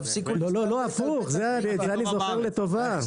לא, הפוך, את זה אני זוכר לטובה.